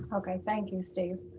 okay, thank you, steve.